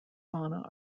fauna